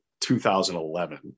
2011